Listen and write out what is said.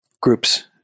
groups